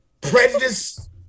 prejudice